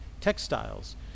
textiles